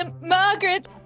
Margaret